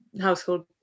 household